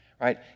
right